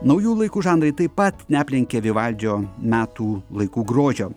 naujų laikų žanrai taip pat neaplenkia vivaldžio metų laikų grožio